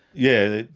yeah,